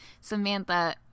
Samantha